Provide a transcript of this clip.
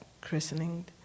christening